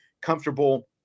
comfortable